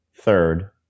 third